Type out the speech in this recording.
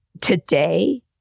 today